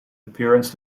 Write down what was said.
appearance